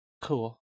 Cool